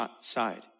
side